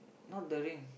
not the rings